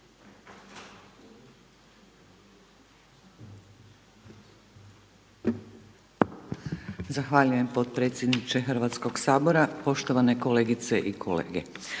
Zahvaljujem potpredsjedniče Hrvatskog sabora, kolegice i kolege.